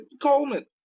Coleman